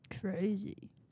Crazy